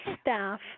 staff